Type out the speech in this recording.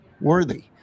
worthy